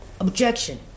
Objection